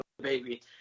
baby